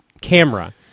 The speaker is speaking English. camera